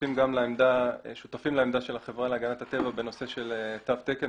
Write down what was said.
שותפים לעמדה של החברה להגנת הטבע בנושא של תו תקן,